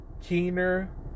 keener